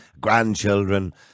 grandchildren